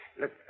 Look